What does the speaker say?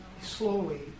slowly